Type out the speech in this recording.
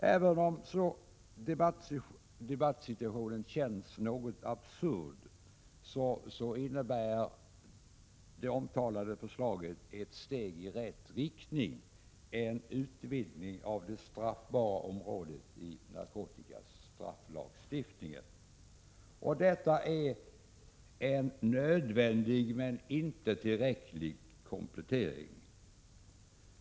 Även om debattsituationen känns något absurd innebär det omtalade förslaget ett steg i rätt riktning: en utvidgning av det straffbara området i narkotikastrafflagstiftningen. Detta är en nödvändig men inte tillräcklig komplettering.